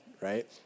right